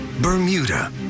Bermuda